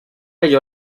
ello